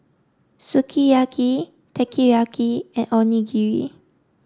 Sukiyaki Teriyaki and Onigiri